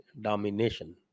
domination